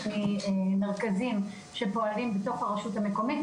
ממרכזים שפועלים בתוך הרשות המקומית,